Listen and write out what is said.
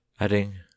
adding